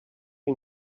you